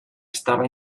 estava